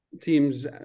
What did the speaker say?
teams